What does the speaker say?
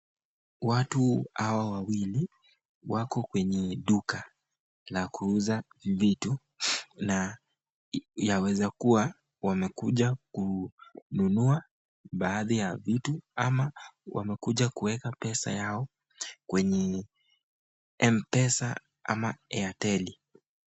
Watu hawa wawili wako kwenye duka na kuuza vitu na yaweza kuwa wamekuja kununua baadhi wa vitu ana wamekuja kuweka pesa yao kwenye mpesa ama Airtel.